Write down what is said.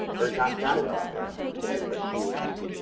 or not, not an lpn at this point but she was,